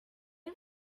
are